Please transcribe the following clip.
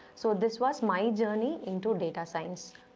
so this was my journey into data science.